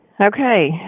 Okay